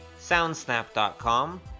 SoundSnap.com